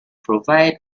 provide